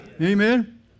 Amen